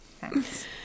Thanks